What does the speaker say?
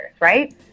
right